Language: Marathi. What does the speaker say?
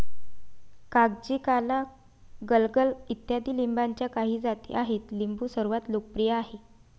कागजी, काला, गलगल इत्यादी लिंबाच्या काही जाती आहेत लिंबू सर्वात लोकप्रिय आहे